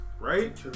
right